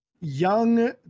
young